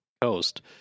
coast